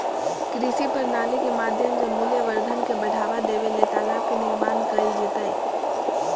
कृषि प्रणाली के माध्यम से मूल्यवर्धन के बढ़ावा देबे ले तालाब के निर्माण कैल जैतय